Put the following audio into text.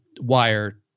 wire